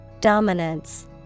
Dominance